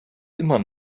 immer